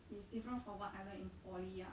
is different from what I learn in poly ah